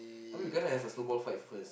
I mean we gonna have a snowball fight first